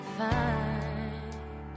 find